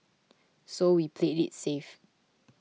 so we played it safe